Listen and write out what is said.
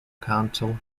council